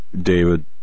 David